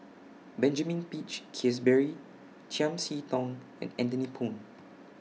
Benjamin Peach Keasberry Chiam See Tong and Anthony Poon